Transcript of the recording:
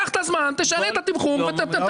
קח את הזמן, תשנה את התמחור ותחתים.